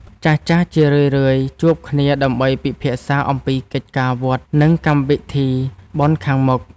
ចាស់ៗជារឿយៗជួបគ្នាដើម្បីពិភាក្សាអំពីកិច្ចការវត្ត និងកម្មវិធីបុណ្យខាងមុខ។